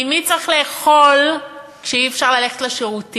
כי מי צריך לאכול כשאי-אפשר ללכת לשירותים?